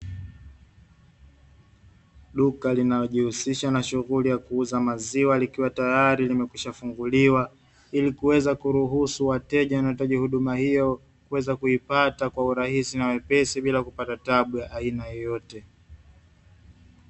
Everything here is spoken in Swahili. Duka linalojihusisha na shughuli ya kuuza maziwa, likiwa tayari limekwisha kufunguliwa ili kuruhusu wateja wanaohitaji huduma hiyo kuipata kwa urahisi na wepesi, bila kupata taabu ya aina yoyote.